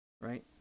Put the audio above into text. right